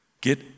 get